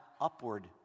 upward